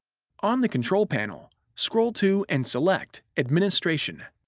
on the control panel, scroll to and select administration.